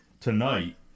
Tonight